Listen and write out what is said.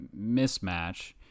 mismatch